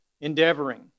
endeavoring